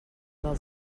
del